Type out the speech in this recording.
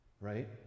Right